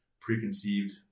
preconceived